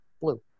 blue